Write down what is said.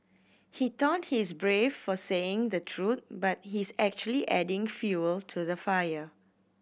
he thought he's brave for saying the truth but he's actually adding fuel to the fire